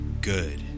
good